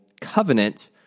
covenant